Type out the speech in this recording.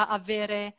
avere